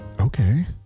Okay